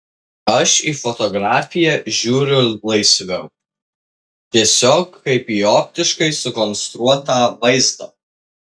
aš į fotografiją žiūriu laisviau tiesiog kaip į optiškai sukonstruotą vaizdą